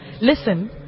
listen